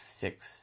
six